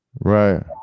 right